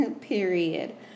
period